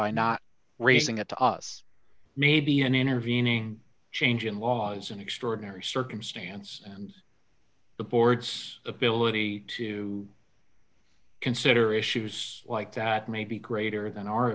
by not raising it to us may be an intervening change in laws an extraordinary circumstance and the board's ability to consider issues like that may be greater than our